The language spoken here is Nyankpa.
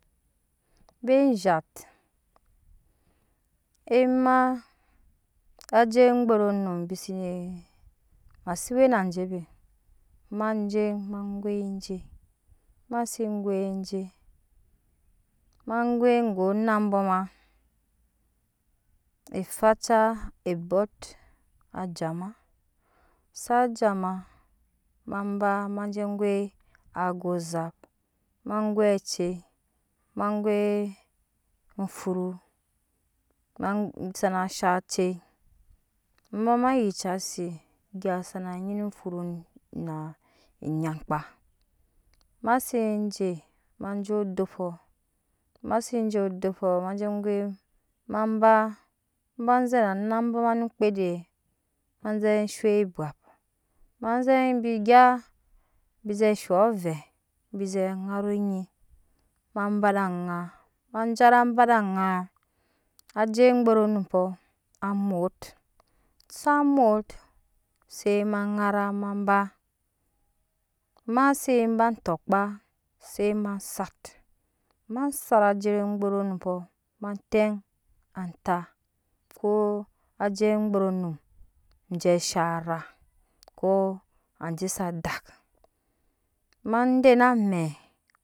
Be zhat ema ajei gburunum ma se wena je be ma je ma goi je mase goide ma goi go na bɔɔ ma eface ebɔt ja jama sa jama maje goi aga ozap ma goi acei ma goi ofuru ma sana shaŋ acei ema ma yucase eyaa sana nyina ofuru naa ne enynkpa masi je maje odopɔ masi je odopɔ maje goi maba mabe zɛ shop ebwap mazɛ bi gya bi zɛ shop avɛɛ bi zɛ ŋara oŋui maba eba aŋa mada aŋa ajei gburu num pɔɔ amwot sa mwot se ma ŋara ma ba maseba tokpa se ma sat ma satra ajei gburunumo ma teŋ antaa koo ajei gburunum je shara ke aje saa dak ma dena amɛi